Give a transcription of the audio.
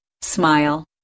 smile